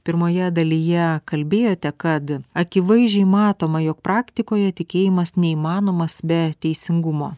pirmoje dalyje kalbėjote kad akivaizdžiai matoma jog praktikoje tikėjimas neįmanomas be teisingumo